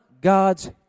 God's